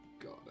God